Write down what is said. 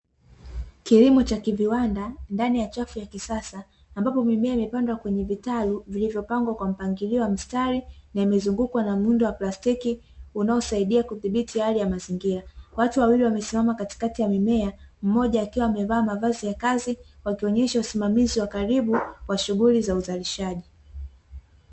Kilimo cha kiviwanda ndani ya chafu ya kisasa ambapo mazao yamepandwa kwenye vitaru vilivyo pangiliwa kwa mstari na kuzunguukwa na mrundo wa plastiki unaosaidia kudhibiti hali ya mazingira, Watu wawili wamesimama katikati ya mimea, mmoja akiwa amevaa mavazi ya kazi akionyesha usimamizi wa karibu wa shuguhli za uzalishaji.